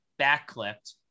backclipped